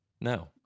No